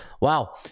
Wow